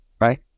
right